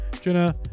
jenna